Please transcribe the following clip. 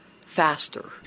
faster